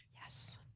Yes